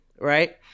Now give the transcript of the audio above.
right